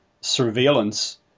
surveillance